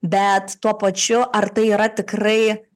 bet tuo pačiu ar tai yra tikrai